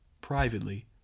privately